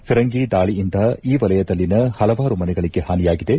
ಫಿರಂಗಿ ದಾಳಿಯಿಂದ ಈ ವಲಯದಲ್ಲಿನ ಹಲವಾರು ಮನೆಗಳಿಗೆ ಹಾನಿಯಾಗಿದೆ